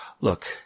Look